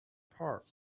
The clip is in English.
park